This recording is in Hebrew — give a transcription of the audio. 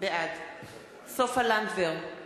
בעד סופה לנדבר,